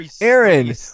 Aaron